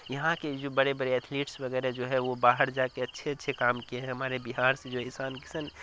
یہاں کے جو بڑے بڑے ایتھلیسٹ وغیرہ جو ہے وہ باہر جا کے اچھے اچھے کام کئے ہیں ہمارے بہار سے جو ایسان کسن